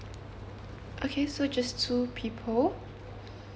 okay so just two people